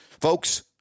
Folks